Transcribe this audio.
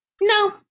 No